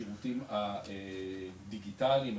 השירותים הדיגיטליים,